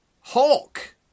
Hulk